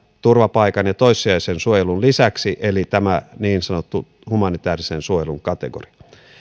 turvapaikan ja toissijaisen suojelun lisäksi eli tämä niin sanottu humanitäärisen suojelun kategoria